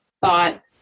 thought